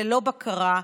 ללא בקרה.